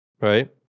right